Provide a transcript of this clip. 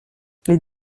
les